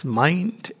mind